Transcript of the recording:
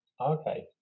Okay